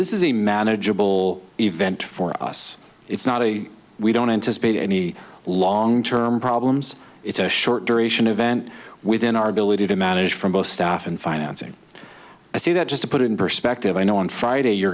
this is a manageable event for us it's not a we don't anticipate any long term problems it's a short duration event within our ability to manage from both staff and financing i say that just to put it in perspective i know on friday you're